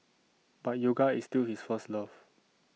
but yoga is still his first love